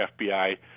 FBI